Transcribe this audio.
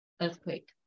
earthquake